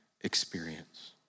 experience